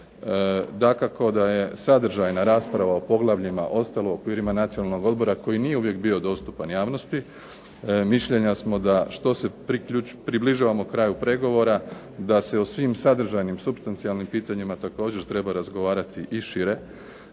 Dakako da je sadržajna rasprava o poglavljima ostala u okvirima Nacionalnog odbora koji nije uvijek bio dostupan javnosti. Mišljenja smo da što se približavamo kraju pregovora da se o svi sadržajnim supstancijalnim pitanjima također treba razgovarati i šire